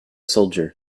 soldier